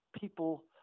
people